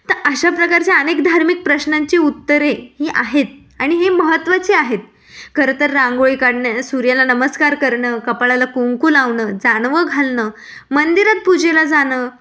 तर अशा प्रकारच्या अनेक धार्मिक प्रश्नांची उत्तरे ही आहेत आणि हे महत्त्वाचे आहेत खरंतर रांगोळी काढणं सूर्याला नमस्कार करणं कपाळाला कुंकू लावणं जानवं घालणं मंदिरात पूजेला जाणं